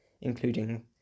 including